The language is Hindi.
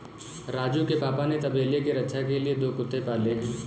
राजू के पापा ने तबेले के रक्षा के लिए दो कुत्ते पाले हैं